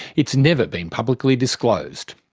it's never been publicly disclosed.